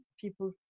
people